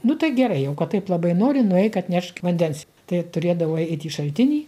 nu tai gerai jau kad taip labai nori nueik atnešk vandens tai turėdavau eit į šaltinį